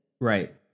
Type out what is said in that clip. Right